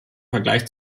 vergleich